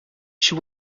she